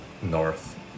North